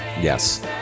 Yes